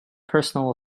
personal